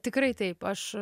tikrai taip aš